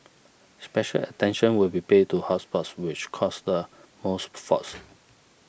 special attention will be paid to hot spots which cause the most faults